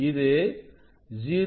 இது 0